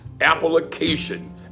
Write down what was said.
Application